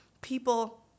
people